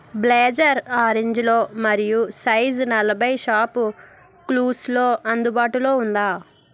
blazer ఆరెంజ్లో మరియు size నలభై షాప్క్లూస్లో అందుబాటులో ఉందా